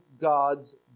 God's